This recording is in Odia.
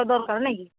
ଦରକାର ନାହିଁକି